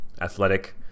athletic